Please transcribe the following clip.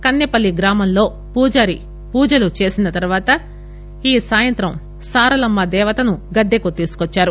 కస్పె పల్లి గ్రామంలో పూజారి పూజలు చేసిన తరువాత ఈ సాయంత్రం సారలమ్మ దేవతను గద్దెకు తీసుకువచ్చారు